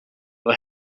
were